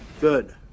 Good